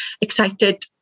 excited